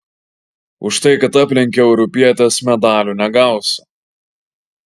už tai kad aplenkiau europietes medalio negausiu